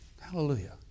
Hallelujah